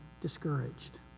discouraged